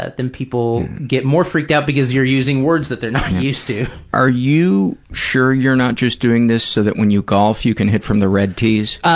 then people get more freaked out because you're using words that they're not used to. are you sure you're not just doing this so that when you golf you can hit from the red tees?